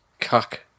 cuck